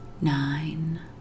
nine